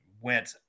went